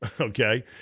Okay